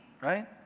right